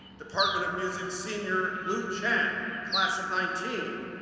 department of music senior lu chan, class of nineteen,